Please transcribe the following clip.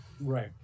right